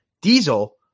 diesel